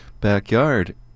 backyard